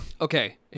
Okay